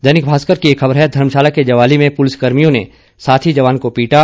दैनिक भास्कर की एक खबर है घर्मशाला के ज्वाली में पूलिस कर्मियों ने साथी जवान को पीटा